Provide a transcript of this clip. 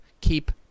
keep